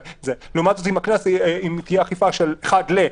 לעומת זה, אם תהיה אכיפה של אחד ל...